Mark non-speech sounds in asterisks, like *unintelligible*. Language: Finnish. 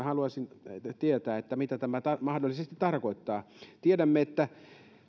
*unintelligible* haluaisin tietää mitä tämä mahdollisesti tarkoittaa tiedämme että